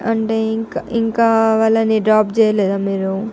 అంటే ఇంకా ఇంకా వాళ్ళని డ్రాప్ చేయలేదా మీరు